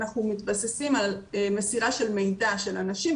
אנחנו מתבססים על מסירה של מידע של אנשים.